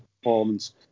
performance